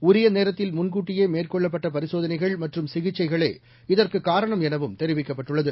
உரிய நேரத்தில் முன்கூட்டியே மேற்கொள்ளப்பட்ட பரிசோதனைகள் மற்றும் சிகிச்சைகளே இதற்கு காரணம் எனவும் தெரிவிக்கப்பட்டுள்ளது